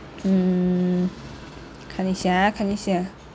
um 看一下 ah 看一下